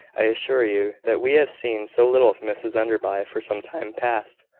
i assure you, that we have seen so little of mrs enderby for some time past.